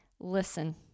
listen